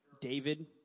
David